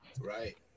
right